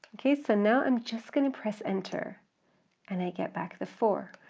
okay, so now i'm just going to press enter and i get back the four,